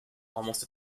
almost